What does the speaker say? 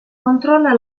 controlla